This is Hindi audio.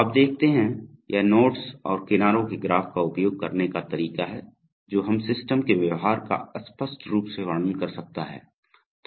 तो आप देखते हैं यह नोड्स और किनारों के ग्राफ का उपयोग करने का तरीका है जो हम सिस्टम के व्यवहार का स्पष्ट रूप से वर्णन कर सकता हैं